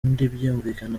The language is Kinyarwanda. ntibyumvikana